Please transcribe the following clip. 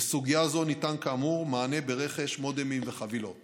לסוגיה זו ניתן כאמור מענה ברכש מודמים וחבילות